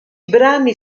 brani